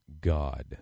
God